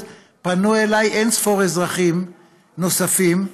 פנו אליי אין-ספור אזרחים נוספים,